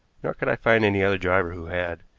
nor could i find any other driver who had.